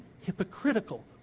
hypocritical